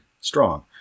strong